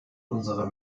unserer